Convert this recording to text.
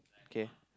okay